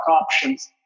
options